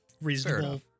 reasonable